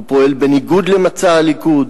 הוא פועל בניגוד למצע הליכוד,